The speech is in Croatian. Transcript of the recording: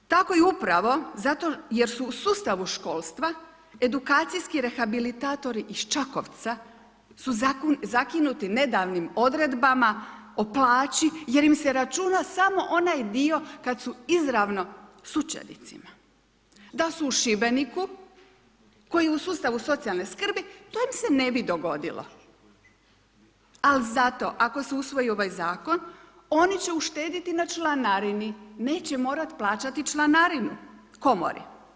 Tako je upravo zato jer su u sustavu školstva edukacijski rehabilitatori iz Čakovca su zakinuti nedavnim odredbama o plaći jer im se računa samo onaj dio kad su izravno s učenicima, da su u Šibeniku koji je u sustavu socijalne skrbi to im se ne bi dogodilo, a zato ako se usvoji ovaj zakon oni će uštediti na članarini neće morati plaćati članarinu komori.